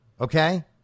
Okay